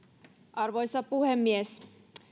arvoisa puhemies